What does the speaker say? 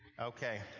Okay